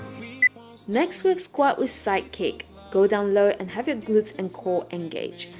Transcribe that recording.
next we have squat with side kick go down low and have your glutes and core engaged.